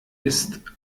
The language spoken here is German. ist